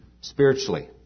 spiritually